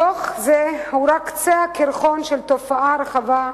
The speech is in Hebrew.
דוח זה הוא רק קצה הקרחון של תופעה רחבה,